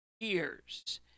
years